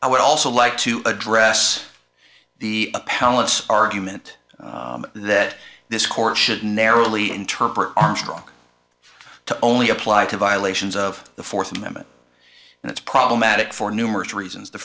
i would also like to address the powerless argument that this court should narrowly interpret armstrong to only apply to violations of the fourth amendment and it's problematic for numerous reasons the